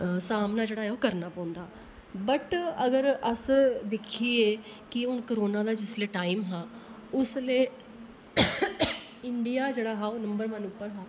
सामना जेहडा ऐ ओह् करना होंदा बट अगर अस दिक्खी ऐ कि हून करोना दा जिसलै टाइम हा उसलै इंडिया जेह्ड़ा हा ओह् नम्बर वन हा